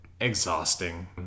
exhausting